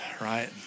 right